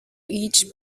each